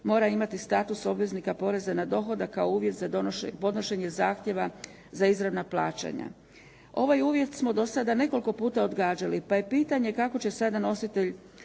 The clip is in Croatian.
mora imati status obveznika poreza na dohodak kao uvjet za podnošenje zahtjeva za izravna plaćanja. Ovaj uvjet smo do sada nekoliko puta odgađali pa je pitanje kako će sada nositelj